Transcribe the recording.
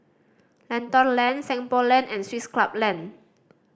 Lentor Lane Seng Poh Lane and Swiss Club Lane